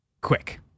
quick